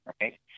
right